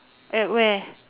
at where